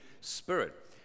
Spirit